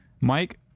Mike